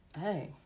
hey